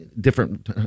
different